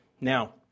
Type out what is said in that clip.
Now